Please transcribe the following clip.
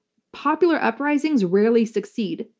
popular uprisings rarely succeed.